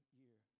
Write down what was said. year